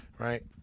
right